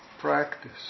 practice